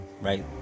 right